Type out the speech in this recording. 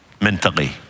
mentally